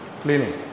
cleaning